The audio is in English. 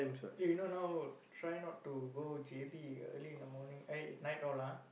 eh you know now try not to go J_B early in the morning eh night all ah